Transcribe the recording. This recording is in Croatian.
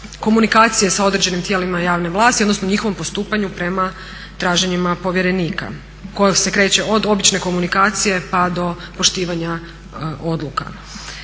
komunikacije sa određenim tijelima javne vlasti odnosno njihovom postupanju prema traženjima povjerenika koje se kreće od obične komunikacije pa do poštivanja odluka.